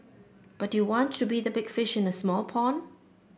but you want to be the big fish in a small pond